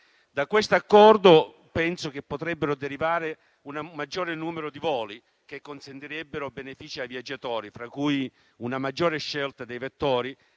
Da questo Accordo penso che potrebbe derivare un maggiore numero di voli, che consentirebbero benefici ai viaggiatori come una maggiore scelta dei vettori